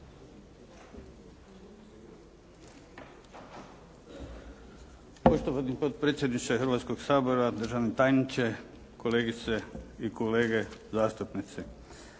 Poštovani potpredsjedniče Hrvatskoga sabora, državni tajniče, kolegice i kolege zastupnici.